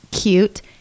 cute